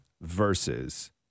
Versus